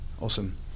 Awesome